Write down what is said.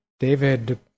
David